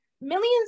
millions